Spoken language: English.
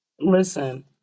Listen